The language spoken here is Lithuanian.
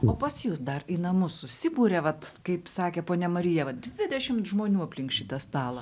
o pas jus dar į namus susiburia vat kaip sakė ponia marija vat dvidešimt žmonių aplink šitą stalą